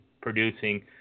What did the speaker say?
producing